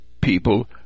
people